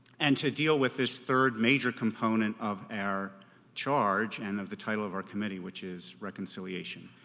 and to deal with this third major component of our charge and of the title of our committee, which is reconciliation.